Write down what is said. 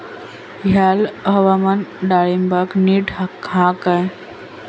हयला हवामान डाळींबाक नीट हा काय?